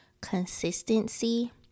consistency